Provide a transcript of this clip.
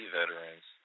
veterans